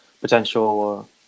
potential